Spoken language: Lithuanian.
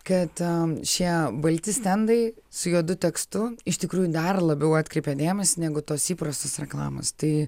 kad šie balti stendai su juodu tekstu iš tikrųjų dar labiau atkreipia dėmesį negu tos įprastos reklamos tai